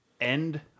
end